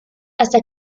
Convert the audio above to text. hasta